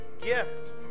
gift